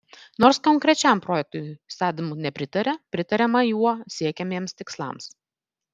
nors konkrečiam projektui sadm nepritaria pritariama juo siekiamiems tikslams